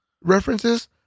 references